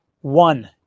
one